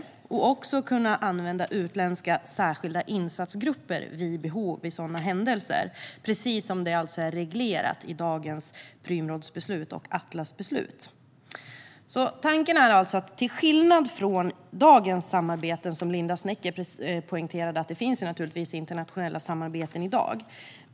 Man ska också kunna använda utländska särskilda insatsgrupper vid behov vid sådana händelser, precis som det är reglerat i dagens Prümrådsbeslut och Atlasbeslut. Som Linda Snecker poängterade finns det naturligtvis internationella samarbeten i dag.